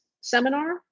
seminar